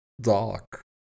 dark